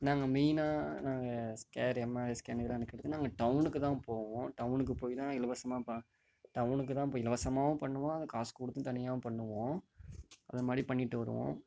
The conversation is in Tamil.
நாங்கள் மெயினாக நாங்கள் ஸ்கேன் எம்ஆர்ஐ ஸ்கேன் இதெல்லாம் எடுக்கிறத்துக்கு நாங்கள் டவுனுக்கு தான் போவோம் டவுனுக்கு போய் தான் இலவசமாக டவுனுக்கு தான் போய் இலவசமாவும் பண்ணுவோம் அதுக்கு காசு கொடுத்தும் தனியாகவும் பண்ணுவோம் அது மாதிரி பண்ணிவிட்டு வருவோம்